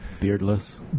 beardless